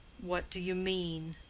what do you mean?